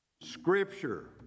Scripture